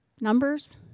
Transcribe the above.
numbers